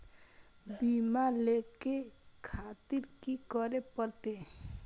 बीमा लेके खातिर की करें परतें?